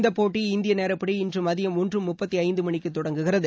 இந்த போட்டி இந்திய நேரப்படி இன்று மதியம் ஒன்று முப்பத்தைந்து மணிக்கு தொடங்குகிறது